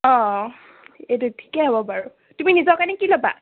অঁ এইটো ঠিকে হ'ব বাৰু তুমি নিজৰ কাৰণে কি ল'বা